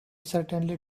certainly